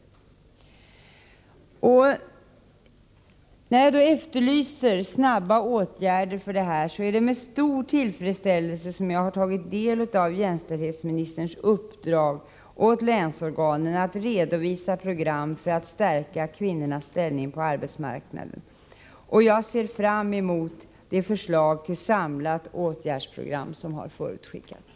När jag efterlyser snara åtgärder är det med stor tillfredsställelse som jag har tagit del av jämställdhetsministerns uppdrag åt länsorganen att redovisa program för att kunna stärka kvinnornas ställning på arbetsmarknaden. Jag ser fram emot det förslag till samlat åtgärdsprogram som förutskickats.